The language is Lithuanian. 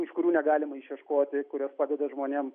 iš kurių negalima išieškoti kurios padeda žmonėm